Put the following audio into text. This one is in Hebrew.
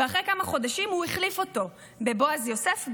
ואחרי כמה חודשים הוא החליף אותו בבועז יוסף,